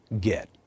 get